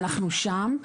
אנחנו שם,